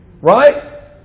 Right